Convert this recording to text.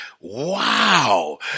wow